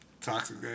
toxic